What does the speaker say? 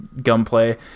gunplay